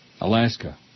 Alaska